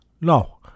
No